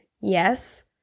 Yes